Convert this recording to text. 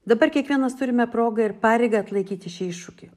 dabar kiekvienas turime progą ir pareigą atlaikyti šį iššūkį